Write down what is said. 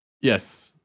Yes